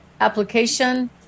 application